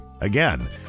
Again